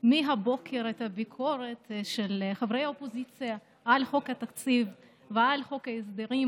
מהבוקר את הביקורת של חברי האופוזיציה על חוק התקציב ועל חוק ההסדרים,